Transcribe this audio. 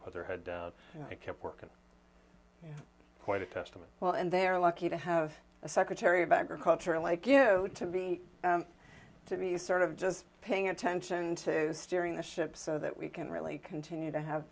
put their head down and kept working quite a testament well and they're lucky to have a secretary of agriculture like you know to be to me sort of just paying attention to steering the ship so that we can really continue to have